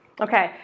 Okay